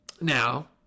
Now